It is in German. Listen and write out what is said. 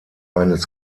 eines